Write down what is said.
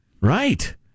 Right